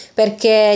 perché